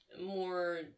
more